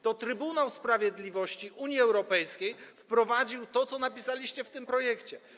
To Trybunał Sprawiedliwości Unii Europejskiej wprowadził to, co napisaliście w tym projekcie.